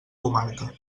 comarca